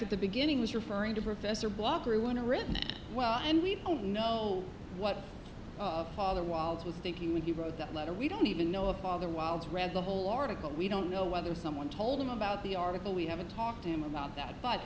at the beginning was referring to professor blocker when a written well and we don't know what the wall's was thinking when he wrote that letter we don't even know if father wildes read the whole article we don't know whether someone told him about the article we haven't talked to him about that but